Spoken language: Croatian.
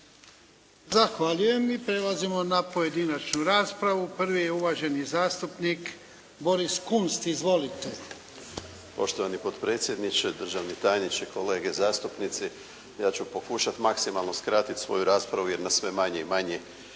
Zahvaljujem. I prelazimo na pojedinačnu raspravu. Prvi je uvaženi zastupnik Boris Kunst. Izvolite. **Kunst, Boris (HDZ)** Poštovani potpredsjedniče, državni tajniče, kolege zastupnici. Ja ću pokušati maksimalno skratiti svoju raspravu jer nas sve manje i manje